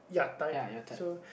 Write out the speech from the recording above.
ya your type